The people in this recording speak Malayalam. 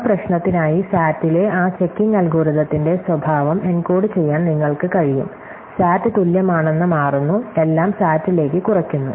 ആ പ്രശ്നത്തിനായി SAT ലെ ആ ചെക്കിംഗ് അൽഗോരിത്തിന്റെ സ്വഭാവം എൻകോഡുചെയ്യാൻ നിങ്ങൾക്ക് കഴിയും SAT തുല്യമാണെന്ന് മാറുന്നു എല്ലാം SAT ലേക്ക് കുറയ്ക്കുന്നു